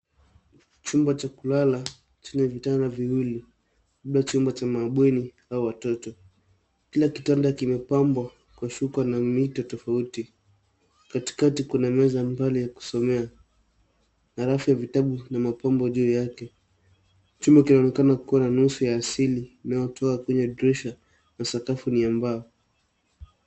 Chumba cha kulala chenye vitanda viwili labda chumba cha mabweni au watoto. Kila kitanda kimepambwa kwa shuka na mito tofauti. Katikati kuna meza ambayo ni ya kusomea na rafu ya vitabu na mapambo vimepangwa juu yake. Chumba kinaonekana kuwa na nusu ya asili inayotoka kwenye dirisha na sakafu ni ya mbao.